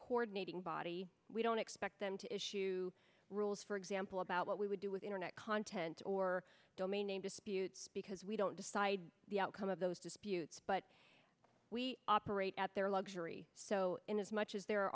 coordinating body we don't expect them to issue rules for example about what we would do with internet content or domain name dispute because we don't decide the outcome of those disputes but we operate at their luxury so in as much as there